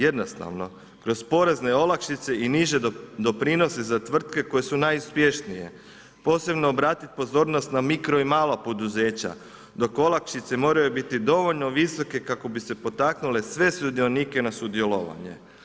Jednostavno, kroz porezne olakšice i niže doprinose za tvrtke koje su najuspješnije, posebno obratit pozornost na mikro i mala poduzeća, dok olakšice moraju biti dovoljno visoke kako bi se potaknulo sve sudionike na sudjelovanje.